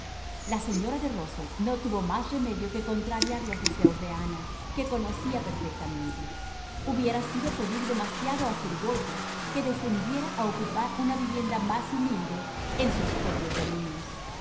la señora de rusell no tuvo más remedio que contrariar los deseos de ana que conocía perfectamente hubiera sido pedir demasiado a sir walter que descendiera a ocupar una vivienda más humilde en sus propios dominios